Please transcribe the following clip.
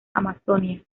amazonia